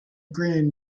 grin